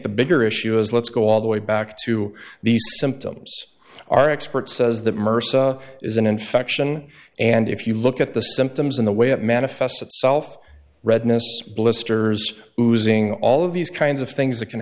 the bigger issue is let's go all the way back to these symptoms our expert says that mercy is an infection and if you look at the symptoms in the way it manifests itself redness blisters losing all of these kinds of things that can